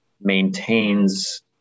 maintains